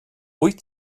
wyt